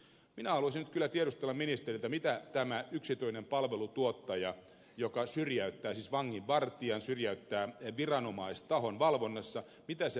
minä haluaisin nyt kyllä tiedustella ministeriltä mitä tämä yksityinen palvelun tuottaja joka syrjäyttää siis vanginvartijan syrjäyttää viranomaistahon valvonnassa voisi tarkoittaa